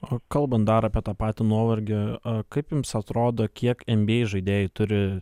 o kalbant dar apie tą patį nuovargį kaip jums atrodo kiek en by ei žaidėjai turi